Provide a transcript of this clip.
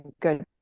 good